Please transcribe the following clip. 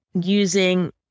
using